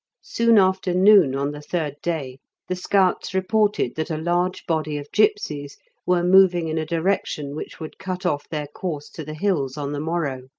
soon after noon on the third day the scouts reported that a large body of gipsies were moving in a direction which would cut off their course to the hills on the morrow.